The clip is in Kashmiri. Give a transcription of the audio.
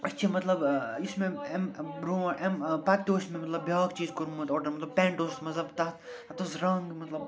أسۍ چھِ مطلب یُس مےٚ اَمہِ برٛو اَمہِ پتہِ تہِ اوس مےٚ مطلب بیٛاکھ چیٖز کوٚرمُت آرڈر مطلب پٮ۪نٛٹ اوس مطلب تَتھ تتھ اوس رنٛگ مطلب